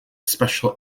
special